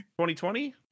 2020